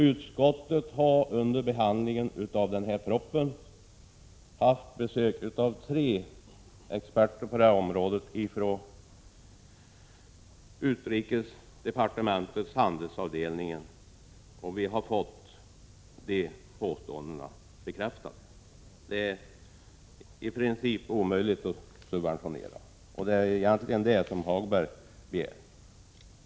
Utskottet har under behandlingen av denna proposition haft besök av tre experter på området från utrikesdepartementets handelsavdelning, och därvid har dessa påståenden bekräftats. Det är i princip omöjligt att subventionera — vilket Lars-Ove Hagberg egentligen begär.